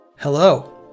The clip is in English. Hello